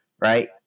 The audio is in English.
right